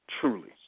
truly